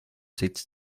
cits